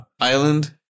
island